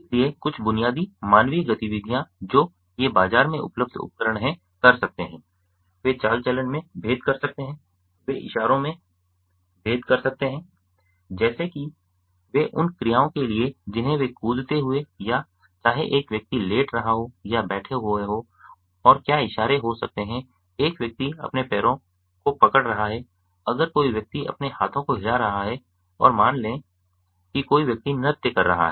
इसलिए कुछ बुनियादी मानवीय गतिविधियाँ जो ये बाज़ार में उपलब्ध उपकरण हैं कर सकते हैं वे चाल चलन में भेद कर सकते हैं वे इशारों में भेद कर सकते हैं जैसे कि वे उन क्रियाओं के लिए जिन्हें वे कूदते हुए या चाहे एक व्यक्ति लेट रहा हो या बैठे हुए और क्या इशारे हो सकते हैं एक व्यक्ति अपने पैरों को पकड़ रहा है अगर कोई व्यक्ति अपने हाथों को हिला रहा है और मान लें कि कोई व्यक्ति नृत्य कर रहा है